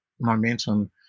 momentum